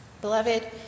Beloved